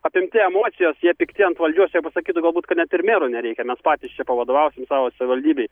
apimti emocijos jie pikti ant valdžios jie pasakytų galbūt kad net ir merų nereikia mes patys čia pavadovausim savo savivaldybei